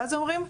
ואז אומרים,